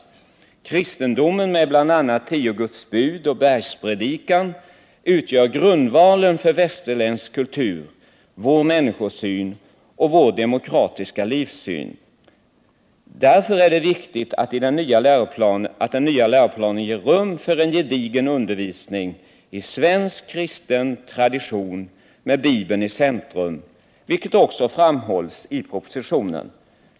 Kristendomen med bl.a. tio Guds bud och Bergspredikan utgör grundvalen för västerländsk kultur, vår människosyn och vår demokratiska livssyn. Därför är det viktigt att den nya läroplanen ger rum för en gedigen undervisning "i svensk kristen tradition med Bibeln i centrum”, vilket också framhålls i propositionen.